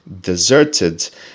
deserted